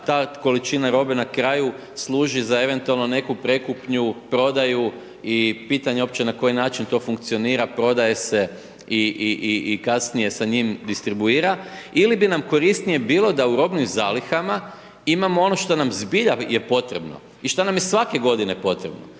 ta količina robe na kraju služi za eventualno neku prekupnju, prodaju i pitanje je uopće na koji način to funkcionira, prodaj se i kasnije sa njim distribuira ili bi nam korisnije bilo da u robnim zalihama imamo ono što nam zbilja je potrebno i šta nam je svake godine potrebno,